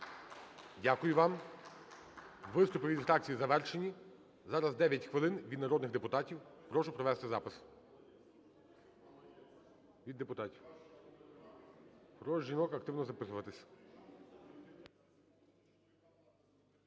Дякую вам. Виступи від фракцій завершені. Зараз 9 хвилин від народних депутатів. Прошу провести запис від депутатів. Прошу жінок активно записуватися.